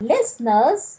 Listeners